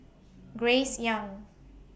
Grace Young